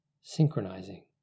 synchronizing